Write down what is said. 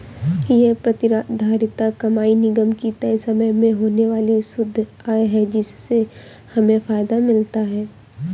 ये प्रतिधारित कमाई निगम की तय समय में होने वाली शुद्ध आय है जिससे हमें फायदा मिलता है